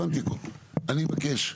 אני מבקש,